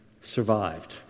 survived